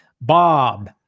bob